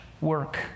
work